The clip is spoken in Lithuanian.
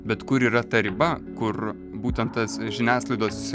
bet kur yra ta riba kur būtent tas žiniasklaidos